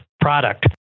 product